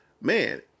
man